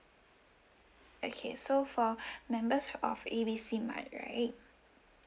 okay so for members of A B C mart right